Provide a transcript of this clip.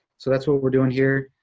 so that's what we're doing here,